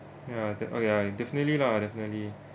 ya ah ya definitely lah definitely